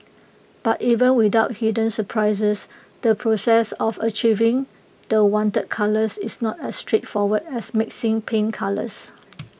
but even without hidden surprises the process of achieving the wanted colours is not as straight forward as mixing paint colours